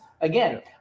Again